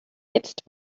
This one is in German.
jetzt